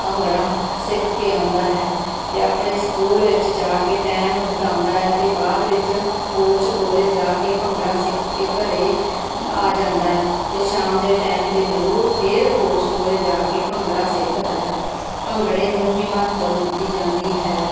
ਭੰਗੜਾ ਸਿੱਖ ਕੇ ਆਉਂਦਾ ਹੈ ਅਤੇ ਆਪਣੇ ਸਕੂਲ ਵਿੱਚ ਜਾ ਕੇ ਟਾਈਮ ਬਿਤਾਉਂਦਾ ਹੈ ਅਤੇ ਬਾਅਦ ਵਿੱਚ ਕੋਚ ਕੋਲ ਜਾ ਕੇ ਭੰਗੜਾ ਸਿੱਖ ਕੇ ਘਰ ਆ ਜਾਂਦਾ ਅਤੇ ਸ਼ਾਮ ਦੇ ਟਾਈਮ 'ਤੇ ਜ਼ਰੂਰ ਫਿਰ ਕੋਚ ਕੋਲ ਜਾ ਕੇ ਭੰਗੜਾ ਸਿੱਖਦਾ ਹੈ ਭੰਗੜੇ ਨੂੰ ਹੀ ਮਹੱਤਵ ਦਿੱਤੀ ਜਾਂਦੀ ਹੈ